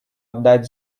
отдать